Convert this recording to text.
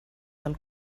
del